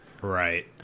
Right